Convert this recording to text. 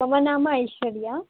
मम नाम ऐश्वर्या